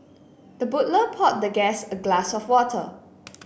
the butler poured the guest a glass of water